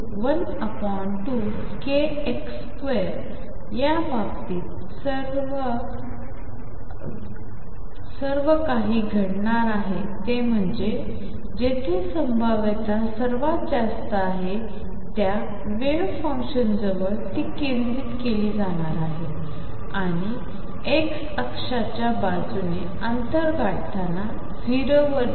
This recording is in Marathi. या सर्व बाबतीत जे घडणार आहे ते म्हणजे जेथे संभाव्यता सर्वात जास्त आहे त्या वेव्ह फंक्शन जवळ ती केंद्रित केली जाणार आहे आणि x अक्षाच्या बाजूने अंतर गाठताना 0 वर जा